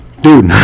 Dude